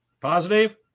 Positive